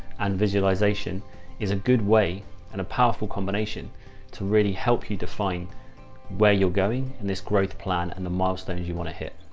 and visualization is a good way and a powerful combination to really help you define where you're going and this growth plan and the milestones you want to hit.